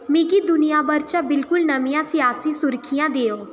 मिगी दुनिया भर चा बिल्कुल नमियां सियासी सुर्खियां देओ